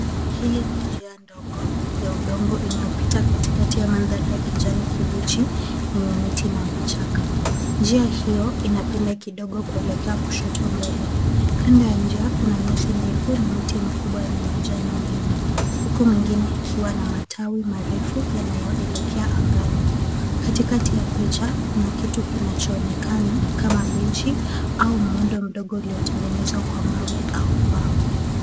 Hili ni njia ndogo ya udongo inayopita katikati ya mandhari ya kijani kibichi yenye miti na vichaka. Njia hiyo inapinda kidogo kuelekea kushoto mbele. Kando ya njia kuna nyasi ndefu na miti mikubwa yenye majani mengi huku mwingine ikiwa na matawi marefu yanayoelekea angani. Katikati ya picha kuna kitu kinachoonekana kama benchi au muundo mdogo uliotengenezwa kwa mawe au mbao.